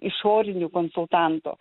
išorinių konsultantų